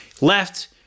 Left